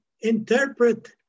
interpret